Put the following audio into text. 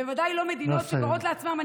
בוודאי לא מדינות שקוראות לעצמן, נא לסיים.